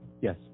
Yes